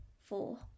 four